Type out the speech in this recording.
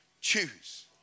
Choose